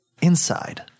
Inside